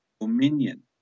Dominion